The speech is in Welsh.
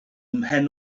mhen